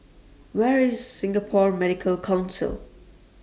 Where IS Singapore Medical Council